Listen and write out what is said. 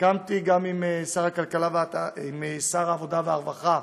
סיכמתי גם עם שר העבודה והרווחה,